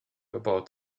about